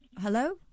Hello